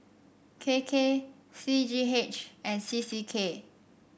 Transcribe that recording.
K K C G H and C C K